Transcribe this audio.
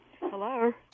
Hello